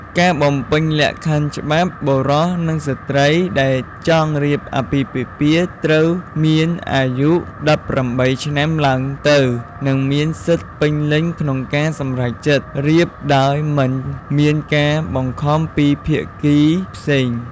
ការបំពេញលក្ខខណ្ឌច្បាប់បុរសនិងស្ត្រីដែលចង់រៀបអាពាហ៍ពិពាហ៍ ត្រូវមានអាយុ១៨ឆ្នាំឡើងទៅ និងមានសិទ្ធិពេញលេញក្នុងការសម្រេចចិត្ត រៀបដោយមិនមានការបង្ខំពីភាគីផ្សេង។